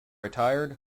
attired